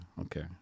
Okay